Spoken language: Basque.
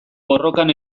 borrokan